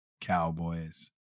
Cowboys